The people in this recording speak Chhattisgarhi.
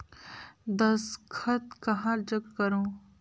दस्खत कहा जग करो?